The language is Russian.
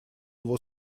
его